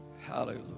Hallelujah